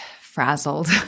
frazzled